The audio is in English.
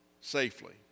safely